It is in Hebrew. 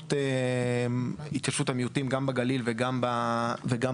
ההתיישבות המיעוטים גם בגליל וגם בדרום.